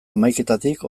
hamaiketatik